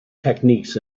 techniques